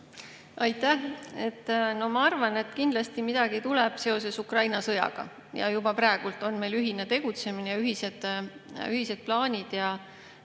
Aitäh! No ma arvan, et kindlasti midagi tuleb seoses Ukraina sõjaga. Juba praegu on meil ühine tegutsemine ja ühised plaanid.